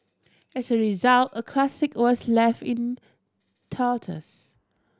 as a result a classic was left in tatters